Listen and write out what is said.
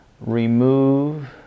remove